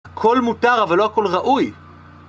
הכל מותר אבל לא הכל ראוי